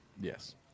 Yes